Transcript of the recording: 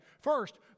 First